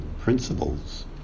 principles